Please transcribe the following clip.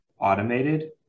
automated